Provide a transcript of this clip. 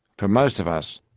for most of us,